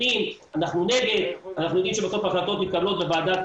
אנחנו יודעים שבסוף ההחלטות מתקבלות בוועדת